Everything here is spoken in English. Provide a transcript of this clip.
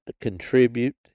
contribute